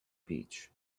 beach